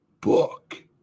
book